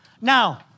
Now